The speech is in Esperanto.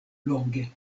longe